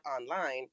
online